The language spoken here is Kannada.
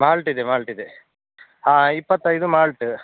ಮಾಲ್ಟ್ ಇದೆ ಮಾಲ್ಟ್ ಇದೆ ಹಾಂ ಇಪ್ಪತೈದು ಮಾಲ್ಟ